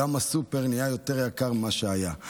גם הסופר נהיה יותר יקר ממה שהיה.